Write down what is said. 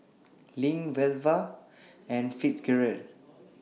LINK Velva and Fitzgerald